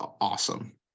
awesome